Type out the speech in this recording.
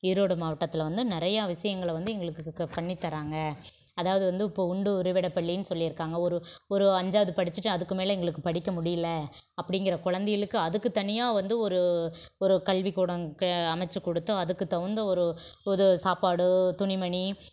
ஈரோடு மாவட்டத்தில் வந்து நிறையா விஷயங்கள வந்து எங்களுக்கு பண்ணித் தராங்கள் அதாவது வந்து இப்போ உண்டு உறைவிடப்பள்ளினு சொல்லிருக்காங்க ஒரு ஒரு அஞ்சாவது படிச்சுட்டு அதுக்கு மேலே எங்களுக்கு படிக்க முடியல அப்படிங்கிற குழந்தைகளுக்கு அதுக்கு தனியா வந்து ஒரு ஒரு கல்விக்கூடம் க அமைச்சு கொடுத்தும் அதுக்கு தகுந்த ஒரு ஒரு சாப்பாடு துணிமணி